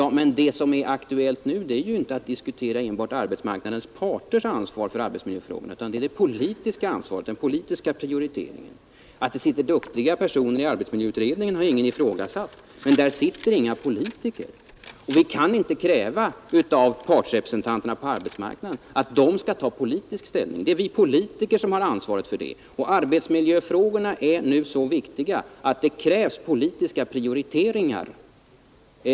Men vad som är aktuellt nu är ju inte att diskutera arbetsmarknadens parters ansvar för arbetsmiljöfrågorna; det är det politiska ansvaret, den politiska prioriteringen vi nu diskuterar. Att det sitter duktiga personer i arbetsmiljöutredningen har ingen ifrågasatt, men där sitter ingen politiker. Vi kan inte kräva av partsrepresentanterna på arbetsmarknaden att de skall ta politisk ställning. Det är vi politiker som har ansvaret för det. Arbetsmiljöfrågan är nu så viktig att det krävs politiska prioriteringar.